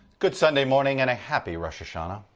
good sunday morning and a happy rosh hashanah.